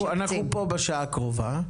אנחנו פה בשעה הקרובה.